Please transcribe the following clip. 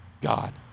God